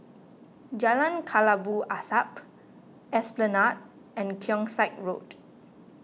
Jalan Kelabu Asap Esplanade and Keong Saik Road